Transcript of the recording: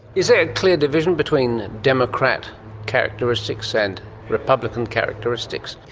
is there a clear division between democrat characteristics and republican characteristics?